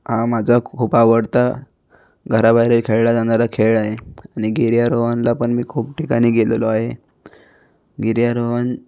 हा माझा खूप आवडता घराबाहेरही खेळला जाणारा खेळ आहे आणि गिर्यारोहणाला पण मी खूप ठिकाणी गेलेलो आहे गिर्यारोहण